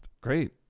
Great